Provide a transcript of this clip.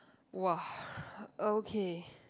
!wah! okay